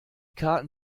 karten